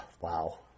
Wow